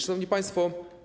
Szanowni Państwo!